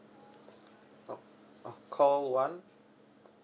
uh uh call one